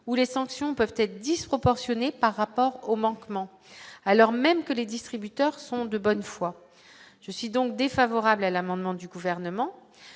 où les sanctions peuvent être disproportionnée par rapport au manquement, alors même que les distributeurs sont de bonne foi, je suis donc défavorable à l'amendement du gouvernement,